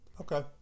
okay